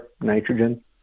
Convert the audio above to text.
nitrogen